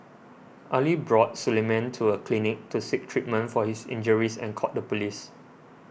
Ali brought Suleiman to a clinic to seek treatment for his injuries and called the police